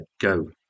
go